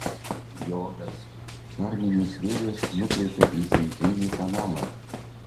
jogas karminius vėjus nukreipia į centrinį kanalą